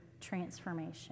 transformation